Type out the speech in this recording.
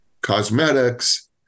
cosmetics